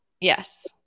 Yes